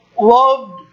loved